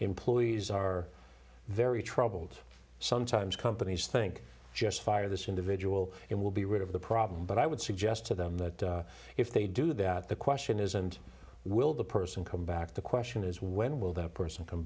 employees are very troubled sometimes companies think just fire this individual and will be rid of the problem but i would suggest to them that if they do that the question isn't will the person come back the question is when will that person come